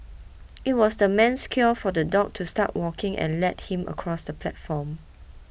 it was the man's cue for the dog to start walking and lead him across the platform